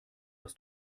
dass